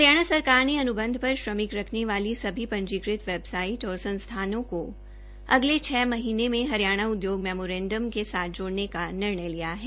हरियाणा सरकार ने अनुबंध पर श्रमिक रखने वाली सभी पंजीकृत वेबसाइट और संस्थानों को अगले छ महीने में हरियाणा उद्योग मेमोरेंडम के साथ जोड़ने का निर्णय लिया है